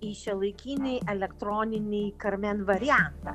į šiuolaikinį elektroninį karmen variantą